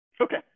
Okay